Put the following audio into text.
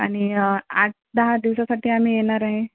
आणि आठ दहा दिवसासाठी आम्ही येणार आहे